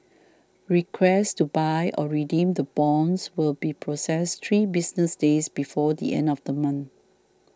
requests to buy or redeem the bonds will be processed three business days before the end of the month